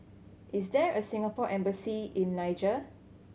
is there a Singapore Embassy in Niger